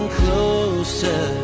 closer